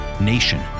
nation